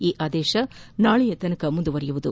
ಈ ಆದೇಶ ನಾಳೆವರೆಗೂ ಮುಂದುವರಿಯಲಿದೆ